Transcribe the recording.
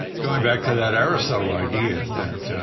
going back to that aristotle idea that, yeah